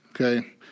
okay